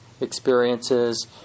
experiences